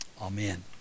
Amen